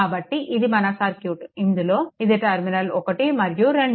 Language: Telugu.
కాబట్టి ఇది మన సర్క్యూట్ ఇందులో ఇది టర్మినల్ 1 మరియు 2